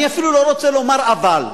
אני אפילו לא רוצה לומר "אבל",